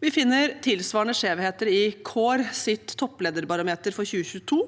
Vi finner tilsvarende skjevheter i COREs topplederbarometer for 2022,